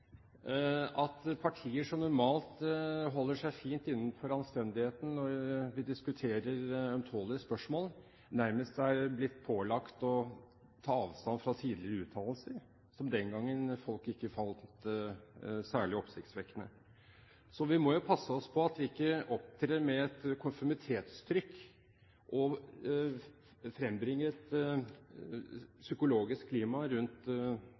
at partier som normalt holder seg fint innenfor anstendigheten når vi diskuterer ømtålige spørsmål, nærmest har blitt pålagt å ta avstand fra tidligere uttalelser, som folk den gangen ikke fant særlig oppsiktsvekkende. Så vi må passe oss for at vi ikke opptrer med et konformitetstrykk og frembringer et psykologisk klima rundt